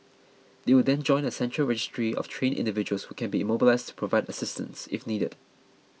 they will then join a central registry of trained individuals who can be mobilised to provide assistance if needed